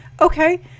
okay